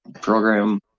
program